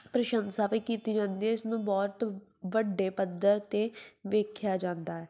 ਪ੍ਰਸ਼ੰਸਾ ਵੀ ਕੀਤੀ ਜਾਂਦੀ ਹੈ ਇਸਨੂੰ ਬਹੁਤ ਵੱਡੇ ਪੱਧਰ 'ਤੇ ਵੇਖਿਆ ਜਾਂਦਾ ਹੈ